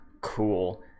cool